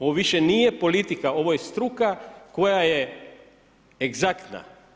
Ovo više nije politika, ovo je struka koja je egzaktna.